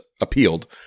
appealed